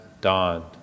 dawned